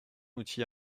outil